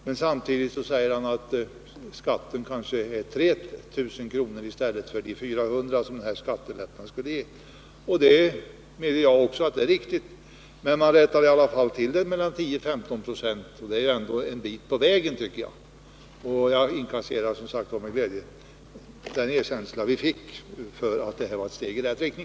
Men samtidigt säger Alvar Andersson att det kan bli fråga om skattelättnad på 3 000 kr. i stället för 400 kr. Jag medger också att det är riktigt. Men man rättar i alla fall till detta något med 10-15 96. Det är en bit på vägen. Jag inkasserar som sagt Alvar Anderssons erkänsla i detta avseende.